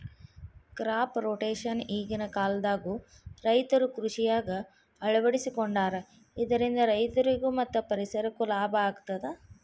crop rotation ಈಗಿನ ಕಾಲದಾಗು ರೈತರು ಕೃಷಿಯಾಗ ಅಳವಡಿಸಿಕೊಂಡಾರ ಇದರಿಂದ ರೈತರಿಗೂ ಮತ್ತ ಪರಿಸರಕ್ಕೂ ಲಾಭ ಆಗತದ